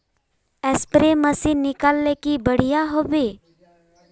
Spray machine किनले की बढ़िया होबवे?